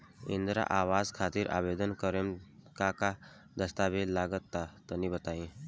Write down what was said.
इंद्रा आवास खातिर आवेदन करेम का का दास्तावेज लगा तऽ तनि बता?